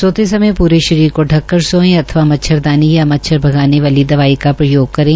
सोते समय पूरे शरीर को क कर सोये अथवा मच्छरदानी या मच्छर भगाने वाली छवाई का प्रयोग करे